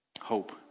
hope